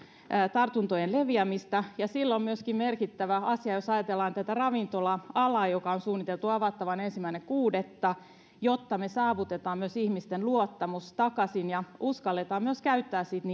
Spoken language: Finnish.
tartuntojen leviämistä ja se on merkittävä asia myöskin jos ajatellaan tätä ravintola alaa joka on suunniteltu avattavan ensimmäinen kuudetta jotta saadaan myös ihmisten luottamus takaisin ja niitä palveluita uskalletaan myös käyttää sitten